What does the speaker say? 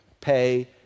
pay